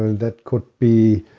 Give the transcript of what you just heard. that could be